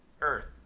Earth